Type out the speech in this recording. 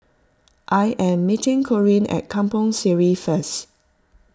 I am meeting Corinne at Kampong Sireh first